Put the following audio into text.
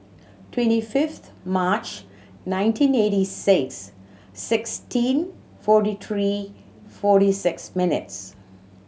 twenty fifth March nineteen eighty six sixteen forty three forty six minutes